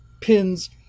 pins